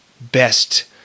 best